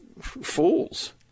fools